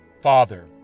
Father